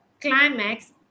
climax